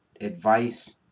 advice